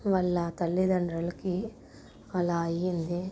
వాళ్ళ తల్లిదండ్రులకి అలా అయ్యింది